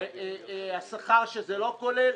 והשכר שזה לא כולל.